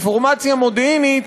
אינפורמציה מודיעינית